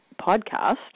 podcast